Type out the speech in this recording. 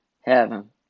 heaven